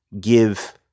give